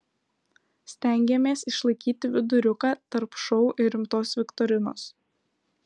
stengėmės išlaikyti viduriuką tarp šou ir rimtos viktorinos